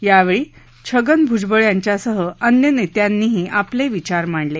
यावेळी छगन भूजबळ यांच्यासह अन्य नेत्यांनीही आपले विचार मांडले